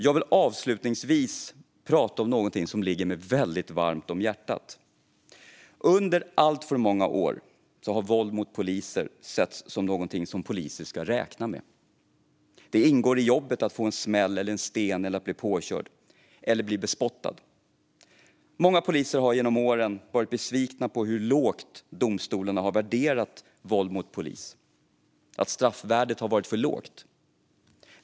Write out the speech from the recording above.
Jag vill avsluta med att prata om något som ligger mig mycket varmt om hjärtat. Under alltför många år har våld mot poliser setts som något som poliser ska räkna med. Det ingår i jobbet att få en smäll, få en sten i huvudet, bli bespottad eller bli påkörd. Många poliser har genom åren varit besvikna på hur lågt domstolarna har värderat våld mot polis; straffvärdet har varit för lågt.